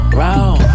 round